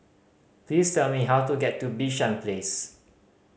please tell me how to get to Bishan Place